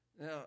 Now